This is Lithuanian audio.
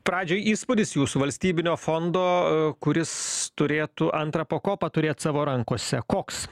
pradžiai įspūdis jūsų valstybinio fondo kuris turėtų antrą pakopą turėt savo rankose koks